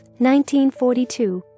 1942